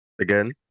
again